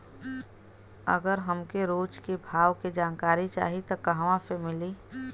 अगर हमके रोज के भाव के जानकारी चाही त कहवा से मिली?